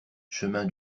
chemin